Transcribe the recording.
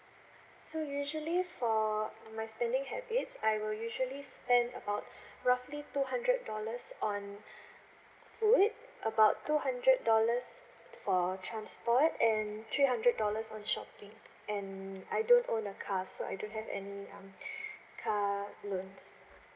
so usually for my spending habits I will usually spend about roughly two hundred dollars on food about two hundred dollars for transport and three hundred dollars on shopping and I don't own a car so I don't have any um car loans